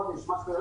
חודשיים.